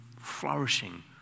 flourishing